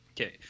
Okay